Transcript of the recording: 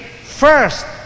First